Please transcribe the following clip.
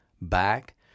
back